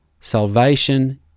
Salvation